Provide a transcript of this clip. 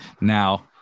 now